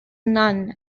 none